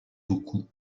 beaucoup